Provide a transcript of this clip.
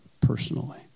personally